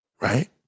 Right